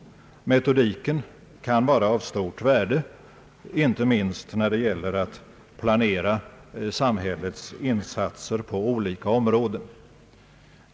Metodiken kan vara av stort värde, inte minst när det gäller att planera samhällets insatser på olika områden.